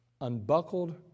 unbuckled